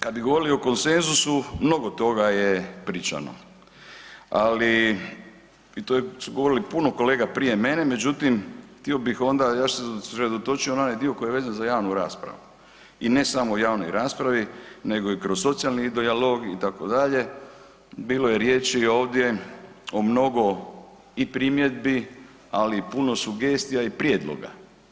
Kada bi govorili o konsenzusu, mnogo toga je pričano, ali to je govorilo puno kolega prije mene, međutim htio bih onda ja sam se usredotočio na onaj dio koji je vezan za javnu raspravu i ne samo u javnoj raspravi nego i kroz socijalni dijalog itd., bilo je riječi ovdje o mnogo i primjedbi, ali i puno sugestija i prijedloga.